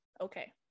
Okay